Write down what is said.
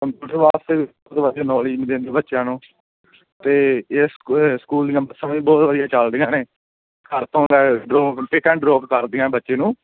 computer ਵਾਸਤੇ knowledge ਵੀ ਦਿੰਦੇ ਬੱਚਿਆਂ ਨੂੰ ਅਤੇ ਇਸ ਸਕੂਲ ਦੀਆਂ ਬੱਸਾਂ ਵੀ ਬਹੁਤ ਵਧੀਆ ਚੱਲਦੀਆਂ ਨੇ ਘਰ ਤੋਂ ਲੈ ਡਰੋਪ ਪਿਕ ਐਂਡ ਡਰੋਪ ਕਰਦੀਆਂ ਬੱਚੇ ਨੂੰ